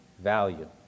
value